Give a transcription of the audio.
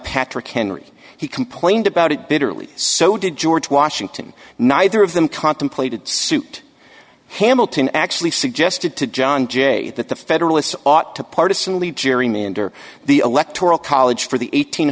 patrick henry he complained about it bitterly so did george washington neither of them contemplated suit hamilton actually suggested to john jay that the federalists ought to partisanly gerrymander the electoral college for the eight